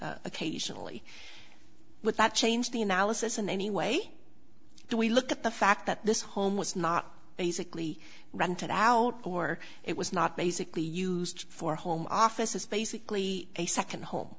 occasionally with that change the analysis in any way that we look at the fact that this home was not basically rented out or it was not basically used for home office is basically a second home